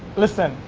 listen,